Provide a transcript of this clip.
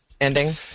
ending